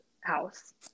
house